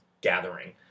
gathering